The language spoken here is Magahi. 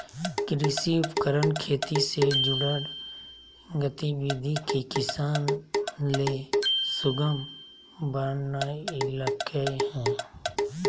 कृषि उपकरण खेती से जुड़ल गतिविधि के किसान ले सुगम बनइलके हें